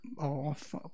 off